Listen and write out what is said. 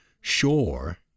sure